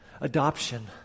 Adoption